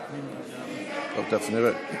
מועדפים לדיור (הוראת שעה) (תיקון מס' 4),